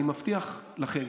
אני מבטיח לכם,